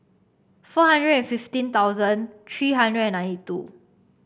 four hundred and fifteen thousand three hundred and ninety two